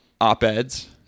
op-eds